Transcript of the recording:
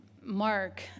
Mark